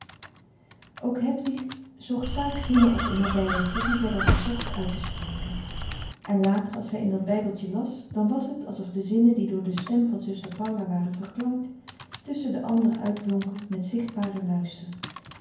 ook hedwig zocht vaak zinnen op in haar bijbeltje die zij dan verzocht uit te spreken en later als zij in dat bijbeltje las dan was het alsof de zinnen die door de stem van zuster paula waren verklankt tusschen de anderen uitblonken met zichtbaren luister